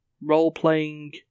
role-playing